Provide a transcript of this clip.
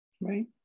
Right